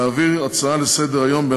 להעביר הצעה לסדר-היום של חבר הכנסת רועי פולקמן